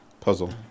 puzzle